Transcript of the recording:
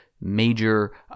major